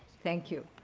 thank you.